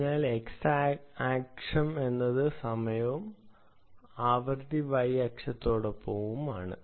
അതിനാൽ x അക്ഷം എന്നത് സമയവും ആവൃത്തി y അക്ഷത്തിലുമാണ്